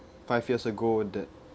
five years ago that